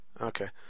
Okay